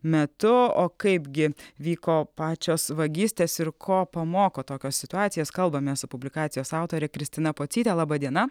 metu o kaipgi vyko pačios vagystės ir ko pamoko tokios situacijos kalbamės su publikacijos autore kristina pocyte laba diena